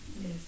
Yes